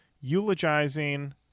eulogizing